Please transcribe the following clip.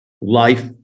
life